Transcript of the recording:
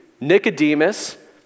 Nicodemus